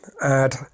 add